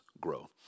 grow